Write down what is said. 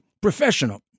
professional